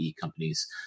companies